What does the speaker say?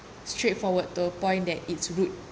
straightforward to a point that it's rude